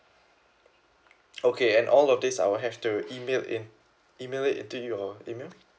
okay and all of this I will have to email in email it to your email